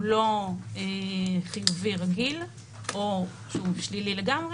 הוא לא חיובי רגיל או שהוא שלילי לגמרי,